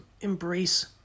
embrace